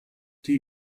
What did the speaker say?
die